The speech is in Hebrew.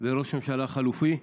וראש הממשלה החלופי,